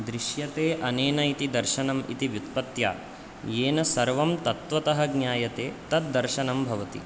दृश्यते अनेन इति दर्शनम् इति व्युत्पत्या येन सर्वं तत्वतः ज्ञायते तद्दर्शनं भवति